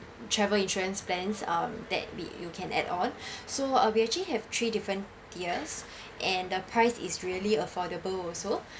travel insurance plans um that we you can add on so uh we actually have three different tiers and the price is really affordable also